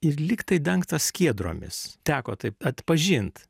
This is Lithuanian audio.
ir lyg tai dengtas skiedromis teko taip atpažint